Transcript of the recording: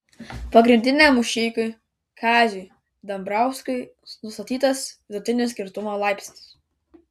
pagrindiniam mušeikai kaziui dambrauskui nustatytas vidutinis girtumo laipsnis